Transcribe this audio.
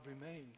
remained